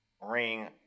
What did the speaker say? ring